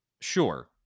Sure